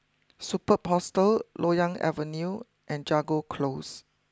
Superb Hostel Loyang Avenue and Jago close